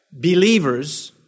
believers